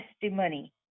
testimony